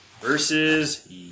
versus